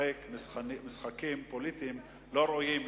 לשחק משחקים פוליטיים לא ראויים,